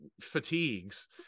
fatigues